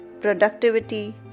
productivity